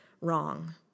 wrong